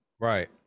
Right